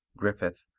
griffith,